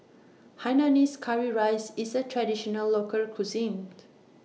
Hainanese Curry Rice IS A Traditional Local Cuisine